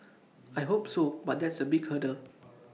I hope so but that's A big hurdle